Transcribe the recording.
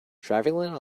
traveling